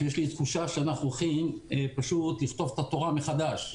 שיש לי תחושה שאנחנו הולכים פשוט לכתוב את התורה מחדש.